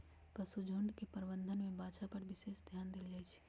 पशुझुण्ड के प्रबंधन में बछा पर विशेष ध्यान देल जाइ छइ